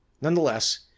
Nonetheless